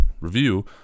review